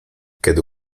kiedy